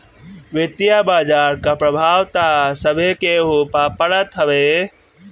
वित्तीय बाजार कअ प्रभाव तअ सभे केहू पअ पड़त हवे